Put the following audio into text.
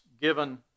given